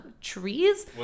trees